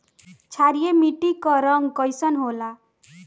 क्षारीय मीट्टी क रंग कइसन होला?